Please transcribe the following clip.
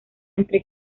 entre